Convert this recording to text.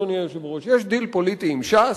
אדוני היושב-ראש: יש דיל פוליטי עם ש"ס,